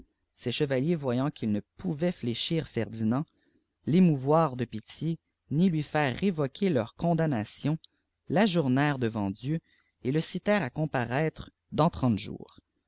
ces chevaliers voyant qu'ils ne poîtvaient fléchir ferdinand l'émouvoir de pitié ni lui faire révoquer leur condamnation l'ajournèrent devant dieu et le citèrent à comparaître dans trente jours